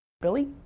Billy